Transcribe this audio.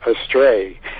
astray